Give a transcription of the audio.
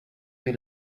you